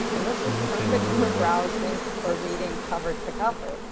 and this is perfect for browsing or reading cover to cover.